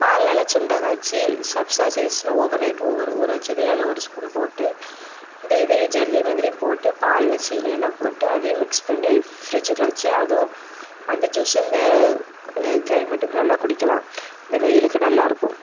பால் நல்லா சுண்ட காய்ச்சி சப்ஸா சீட்ஸில் ஓவர் நைட் ஊற ஊற வைச்சதையும் அதை ஒரு ஸ்பூன் போட்டு இந்த இதையும் ஜெல்லி மாதிரியும் போட்டு பாலில் சீனியெல்லாம் போட்டு அதையும் மிக்ஸ் பண்ணி ஃப்ரிட்ஜுக்குள்ளே வச்சு அதுவும் அந்த ஜூஸ்ஸும் இந்த கிளைமேட்டுக்கு நல்லா குடிக்கலாம் இந்த வெயிலுக்கு நல்லாயிருக்கும்